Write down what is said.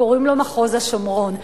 קוראים לו מחוז השומרון.